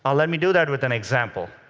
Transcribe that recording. ah let me do that with an example.